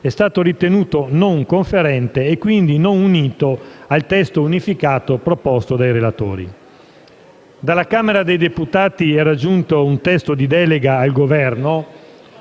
Commissione) non conferente e quindi non unito al testo unificato proposto dai relatori. Dalla Camera dei deputati era giunto un testo di delega al Governo